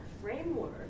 framework